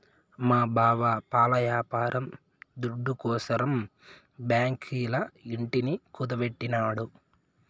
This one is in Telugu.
మా బావకి పాల యాపారం దుడ్డుకోసరం బాంకీల ఇంటిని కుదువెట్టినాడు